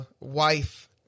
wife